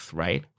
right